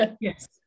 yes